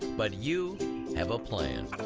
but you have a plan.